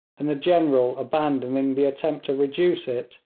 and the general abandoning the attempt to reduce it,